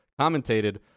commentated